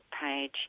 page